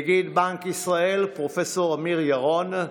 נגיד בנק ישראל פרופ' אמיר ירון,